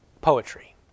poetry